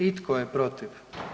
I tko je protiv?